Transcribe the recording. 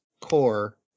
core